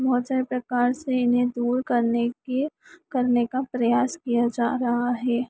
बहुत सारे प्रकार से इन्हें दूर करने के करने का प्रयास किया जा रहा है